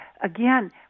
again